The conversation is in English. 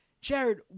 Jared